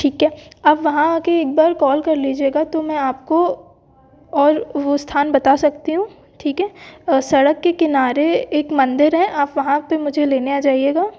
ठीक है आप वहाँ आ कर एक बार कॉल कर लीजिएगा तो मैं आपको और वो स्थान बता सकती हूँ ठीक है सड़क के किनारे एक मंदिर है आप वहाँ पर मुझे लेने आ जाइएगा